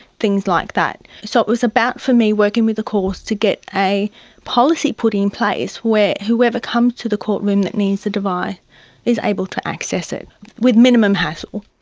things like that. so it was about for me working with the courts to get a policy put in place where whoever comes to the courtroom that needs the device is able to access it with minimum hassle.